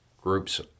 Groups